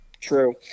True